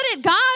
God